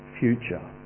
future